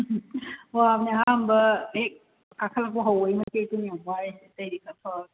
ꯋꯥꯕꯅꯤ ꯑꯍꯥꯟꯕ ꯍꯦꯛ ꯀꯥꯈꯠꯂꯛꯄ ꯍꯧꯕꯒꯤ ꯃꯇꯦꯛꯇꯨꯅꯤ ꯌꯥꯝ ꯋꯥꯔꯤꯁꯦ ꯑꯇꯩꯗꯤ ꯈꯔ ꯐꯕꯅꯦ